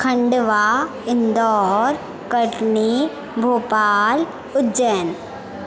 Khandwa Indore Katni Bhopal Ujjain